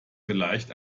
vielleicht